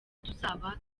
tuzaba